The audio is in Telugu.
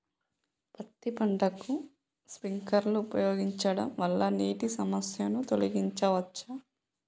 పత్తి పంటకు స్ప్రింక్లర్లు ఉపయోగించడం వల్ల నీటి సమస్యను తొలగించవచ్చా?